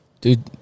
dude